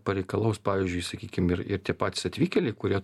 pareikalaus pavyzdžiui sakykim ir ir tie patys atvykėliai kurie